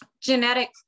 genetic